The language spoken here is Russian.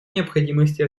необходимости